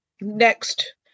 next